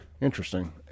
Interesting